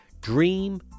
Dream